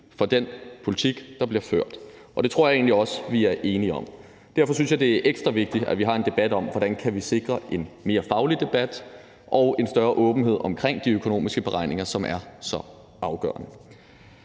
for den politik, der bliver ført, og det tror jeg egentlig også vi er enige om. Derfor synes jeg, det er ekstra vigtigt, at vi har en debat om, hvordan vi kan sikre en mere faglig debat og en større åbenhed omkring de økonomiske beregninger, som er så afgørende.